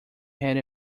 had